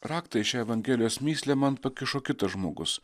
raktą į šią evangelijos mįslę man pakišo kitas žmogus